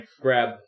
grab